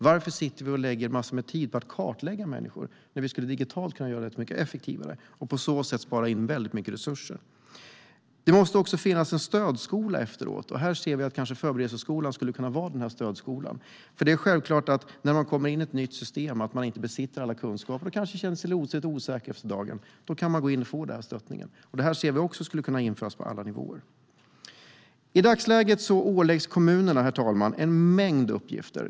Varför lägger vi en massa tid på att kartlägga människor när vi skulle kunna göra det mycket mer effektivt digitalt och på så sätt spara mycket resurser? Det måste också finnas en stödskola efteråt. Förberedelseskolan skulle kanske kunna vara denna stödskola. Det är självklart att man inte besitter alla kunskaper när man kommer in i ett nytt system. Man kanske känner sig osäker efter dagen, och då kan man få detta stöd. Vi anser att detta också skulle kunna införas på alla nivåer. I dagsläget åläggs kommunerna, herr talman, en mängd uppgifter.